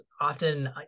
often